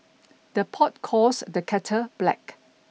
the pot calls the kettle black